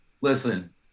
listen